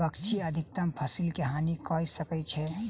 पक्षी अधिकतम फसिल के हानि कय सकै छै